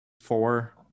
four